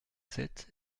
sept